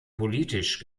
politisch